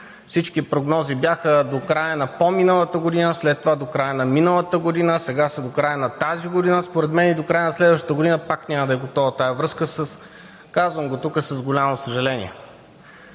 Всички прогнози бяха до края на по-миналата година, след това до края на миналата година, сега са до края на тази година. Според мен и до края на следващата година пак няма да е готова тази връзка, казвам го тук, с голямо съжаление.